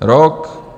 Rok?